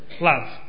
love